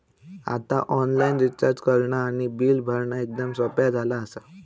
आता online recharge करणा आणि बिल भरणा एकदम सोप्या झाला आसा